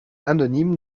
anonyme